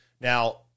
Now